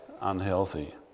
unhealthy